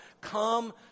Come